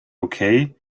okay